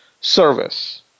service